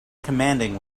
commanding